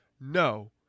no